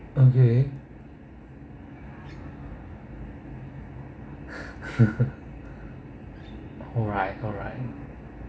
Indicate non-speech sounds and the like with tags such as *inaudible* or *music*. okay *laughs* alright alright